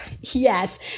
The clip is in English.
Yes